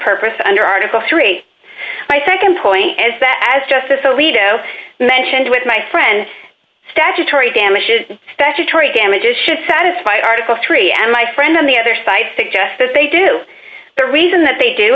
purpose under article three my nd point is that as justice alito mentioned with my friend statutory damages statutory damages should satisfy article three and my friends on the other side suggest that they do the reason that they do